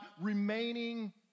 remaining